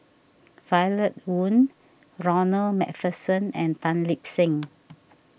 Violet Oon Ronald MacPherson and Tan Lip Seng